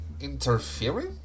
interfering